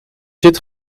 zit